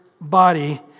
body